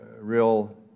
real